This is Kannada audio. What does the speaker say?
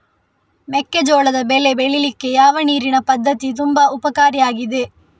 ಮೆಕ್ಕೆಜೋಳದ ಬೆಳೆ ಬೆಳೀಲಿಕ್ಕೆ ಯಾವ ನೀರಿನ ಪದ್ಧತಿ ತುಂಬಾ ಉಪಕಾರಿ ಆಗಿದೆ?